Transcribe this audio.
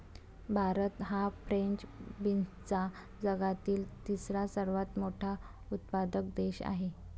भारत हा फ्रेंच बीन्सचा जगातील तिसरा सर्वात मोठा उत्पादक देश आहे